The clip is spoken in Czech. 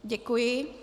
Děkuji.